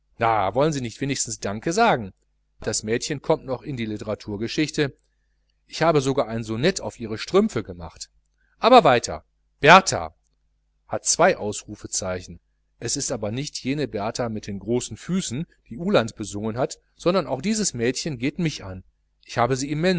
wollen sie nicht wenigstens danke sagen das mädchen kommt noch in die litteraturgeschichte ich habe sogar ein sonett auf ihre strümpfe gemacht aber weiter bertha hat zwei ausrufezeichen es ist aber nicht jene bertha mit den großen füßen die uhland besungen hat sondern auch dieses mädchen geht mich an ich habe sie